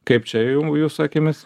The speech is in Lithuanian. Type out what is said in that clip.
kaip čia jum jūsų akimis